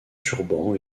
turban